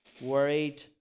worried